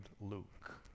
Luke